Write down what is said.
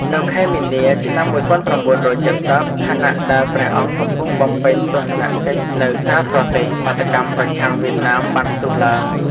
នៅខែមីនា ឆ្នាំ ១៩៧០ ខណៈដែលព្រះអង្គកំពុងបំពេញទស្សនកិច្ចនៅក្រៅប្រទេស បាតុកម្មប្រឆាំងវៀតណាមបានផ្ទុះឡើង។